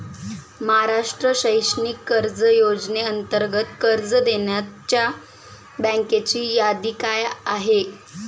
महाराष्ट्र शैक्षणिक कर्ज योजनेअंतर्गत कर्ज देणाऱ्या बँकांची यादी काय आहे?